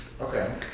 Okay